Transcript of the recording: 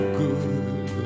good